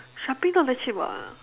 sharpie not that cheap [what]